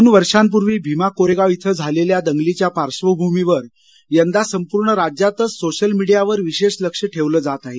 दोन वर्षापूर्वी भीमा कोरेगाव इथं झालेल्या दंगलीच्या पार्धभूमीवर यंदा संपूर्ण राज्यातचं सोशल मिडियावर विशेष लक्ष ठेवलं जात आहे